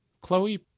Chloe